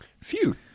Phew